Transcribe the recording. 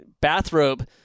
bathrobe